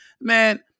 Man